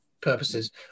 purposes